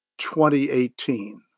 2018